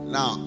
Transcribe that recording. Now